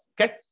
okay